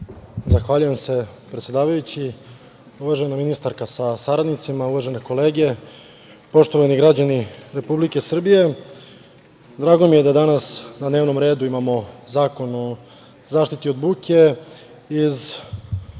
Zahvaljujem se, predsedavajući. Uvažena ministarka sa saradnicima, uvažene kolege, poštovani građani Republike Srbije, drago mi je da danas na dnevnom redu imamo Zakon o zaštiti od buke, iz